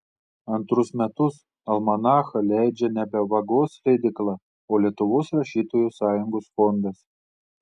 antrus metus almanachą leidžia nebe vagos leidykla o lietuvos rašytojų sąjungos fondas